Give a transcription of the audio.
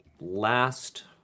last